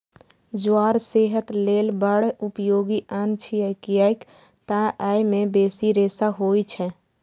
ज्वार सेहत लेल बड़ उपयोगी अन्न छियै, कियैक तं अय मे बेसी रेशा होइ छै